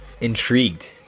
Intrigued